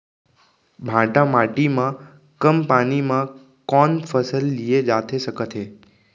भांठा माटी मा कम पानी मा कौन फसल लिए जाथे सकत हे?